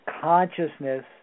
consciousness